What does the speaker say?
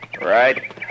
Right